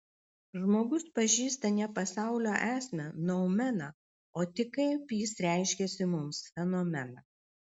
žmogus pažįsta ne pasaulio esmę noumeną o tik kaip jis reiškiasi mums fenomeną